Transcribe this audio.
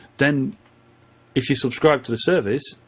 then if you subscribe to the service,